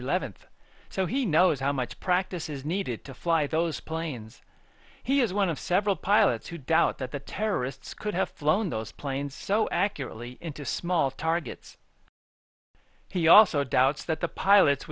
eleventh so he knows how much practice is needed to fly those planes he is one of several pilots who doubt that the terrorists could have flown those planes so accurately into small targets he also doubts that the pilots